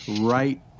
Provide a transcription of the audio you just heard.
right